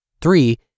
Three